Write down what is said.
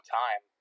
time